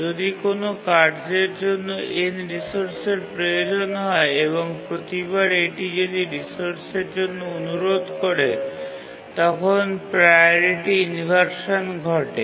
যদি কোনও কার্যের জন্য n রিসোর্সের প্রয়োজন হয় এবং প্রতিবার এটি যদি রিসোর্সের জন্য অনুরোধ করে তখন প্রাওরিটি ইনভারশান ঘটে